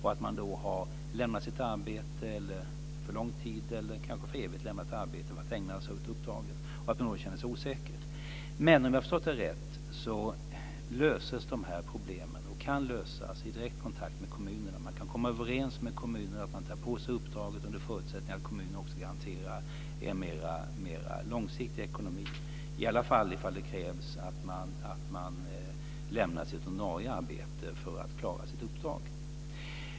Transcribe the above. Har man då lämnat sitt arbete för lång tid eller kanske för evigt för att ägna sig åt uppdraget känner man sig osäker. Men om jag har förstått det rätt kan de här problemen lösas i direkt kontakt med kommunerna. Man kan komma överens med kommunerna om att man tar på sig uppdraget under förutsättning att kommunerna också garanterar en mer långsiktig ekonomi, i alla fall om det krävs att man lämnar sitt ordinarie arbete för att klara sitt uppdrag.